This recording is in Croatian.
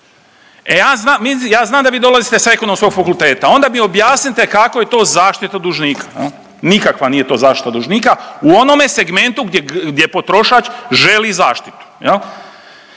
E ja znam da vi dolazite sa Ekonomskog fakulteta onda mi objasnite kako je to zaštita dužnika. Nikakva to nije zaštita dužnika u onome segmentu gdje potrošač želi zaštitu.